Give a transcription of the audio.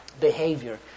behavior